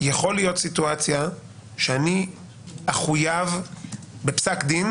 יכול להיות סיטואציה שאני אחויב בפסק דין